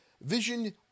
Vision